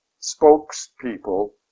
spokespeople